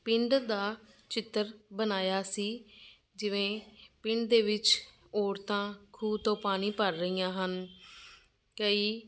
ਪਿੰਡ ਦਾ ਚਿੱਤਰ ਬਣਾਇਆ ਸੀ ਜਿਵੇਂ ਪਿੰਡ ਦੇ ਵਿੱਚ ਔਰਤਾਂ ਖੂਹ ਤੋਂ ਪਾਣੀ ਭਰ ਰਹੀਆਂ ਹਨ ਕਈ